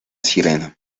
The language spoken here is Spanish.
sirena